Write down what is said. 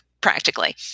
practically